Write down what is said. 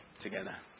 together